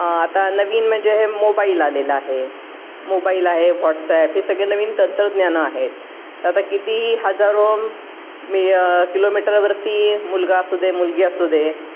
आता नवीन म्हणजे हे मोबाईल आलेलं आहे मोबाईल आहे व्हॉट्सॲप हे सगळे नवीन तंत्रज्ञानं आहेत तर आता कितीही हजारो मि किलोमीटरवरती मुलगा असू दे मुलगी असू दे